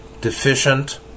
deficient